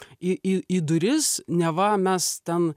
į į į duris neva mes ten